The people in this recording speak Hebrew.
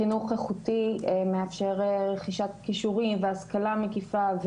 חינוך איכותי מאפשר רכישת כישורים והשכלה מקיפה,